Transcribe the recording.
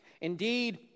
Indeed